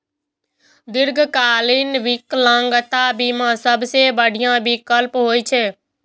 दीर्घकालीन विकलांगता बीमा सबसं बढ़िया विकल्प होइ छै